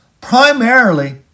primarily